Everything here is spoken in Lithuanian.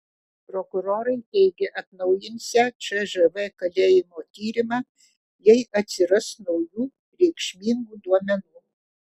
prokurorai teigia atnaujinsią cžv kalėjimo tyrimą jei atsiras naujų reikšmingų duomenų